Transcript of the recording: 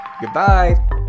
Goodbye